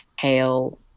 hail